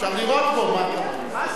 אפשר לירות בו, מה הסיפור?